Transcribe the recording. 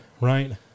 right